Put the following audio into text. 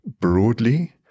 broadly